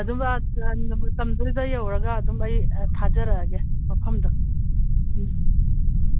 ꯑꯗꯨꯒ ꯌꯧꯔꯒ ꯑꯗꯨꯝ ꯑꯩ ꯑꯥ ꯊꯥꯖꯔꯛꯑꯒꯦ ꯃꯐꯝꯗꯣ ꯎꯝ ꯎꯝ